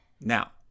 Now